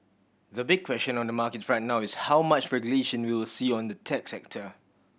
the big question on the market right now is how much regulation we will see on the tech sector